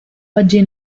oggi